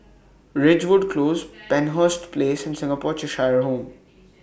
Ridgewood Close Penshurst Place and Singapore Cheshire Home